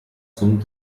zum